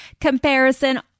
comparison